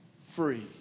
free